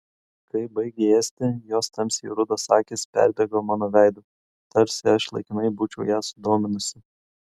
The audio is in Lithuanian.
kai baigė ėsti jos tamsiai rudos akys perbėgo mano veidu tarsi aš laikinai būčiau ją sudominusi